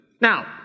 Now